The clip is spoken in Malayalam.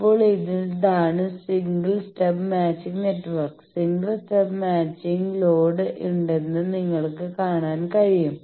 ഇപ്പോൾ ഇതാണ് single stub matching network single stub മാച്ചിംഗിന് ലോഡ് ഉണ്ടെന്ന് നിങ്ങൾക്ക് കാണാൻ കഴിയും